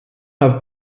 have